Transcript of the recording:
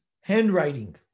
handwriting